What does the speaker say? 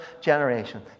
generation